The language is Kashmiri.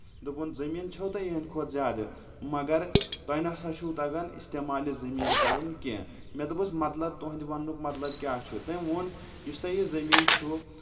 دوٚپُن زٔمیٖن چھو تۄہہِ یِہنٛدِ کھۄتہٕ زیادٕ مگر تۄہہِ نسا چھُو تگان اِستعمال یہِ زٔمیٖن کرُن کینٛہہ مےٚ دوٚپُس مطلب تُہنٛدِ وننُک مطلب کیاہ چھُ تٔمۍ ووٚن یُس تۄہہِ یہِ زٔمیٖن چھُ